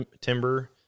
timber